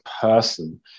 person